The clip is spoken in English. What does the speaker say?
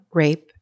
rape